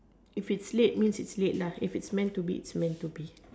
if it's late means it's late if it's meant to be it's meant to be